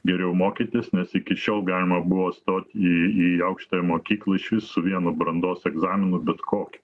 geriau mokytis nes iki šiol galima buvo stot į į aukštąją mokyklą išvis su vienu brandos egzaminu bet kokiu